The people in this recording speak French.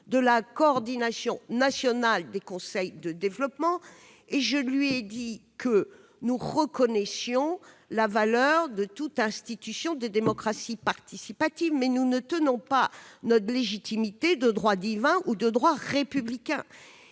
de la Coordination nationale des conseils de développement. Je lui ai indiqué que nous reconnaissions la valeur de toutes les instances de démocratie participative. Quoi qu'il en soit, nous ne tenons pas notre légitimité de droit divin ou de droit républicain